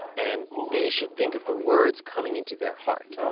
and they should think of the words coming into their heart.